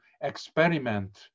experiment